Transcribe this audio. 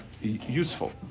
useful